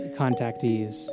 contactees